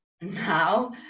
now